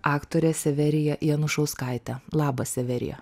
aktore severija janušauskaite labas severija